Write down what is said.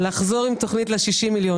לחזור עם תכנית ל-60 מיליון,